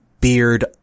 beard